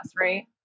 right